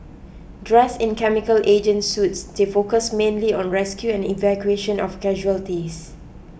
dressed in chemical agent suits they focus mainly on rescue and evacuation of casualties